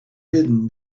hidden